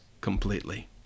completely